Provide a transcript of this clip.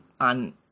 on